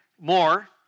more